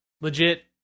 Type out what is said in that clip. Legit